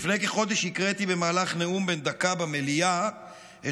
לפני כחודש הקראתי במהלך נאום בן דקה במליאה את